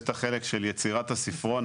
יש החלק של יצירת הספרון,